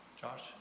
Josh